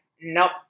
nope